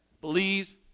believes